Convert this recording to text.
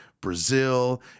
Brazil